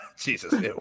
Jesus